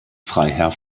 freiherr